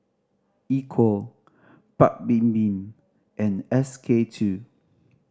Equal Paik Bibim and SK two